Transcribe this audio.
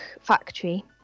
Factory